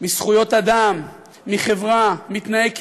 מזכויות אדם, מחברה, מתנאי כליאה,